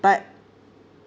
but